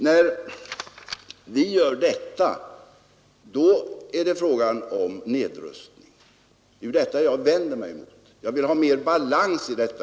När vi föreslår detta skulle det vara fråga om nedrustning! Det är detta jag vänder mig mot. Jag vill ha mer balans.